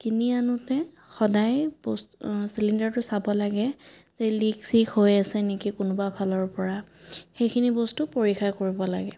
কিনি আনোতে সদায় বস্তু চিলিণ্ডাৰটো চাব লাগে যে লিক চিক হৈ আছে নেকি কোনোবা ফালৰ পৰা সেইখিনি বস্তু পৰীক্ষা কৰিব লাগে